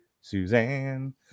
Suzanne